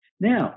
Now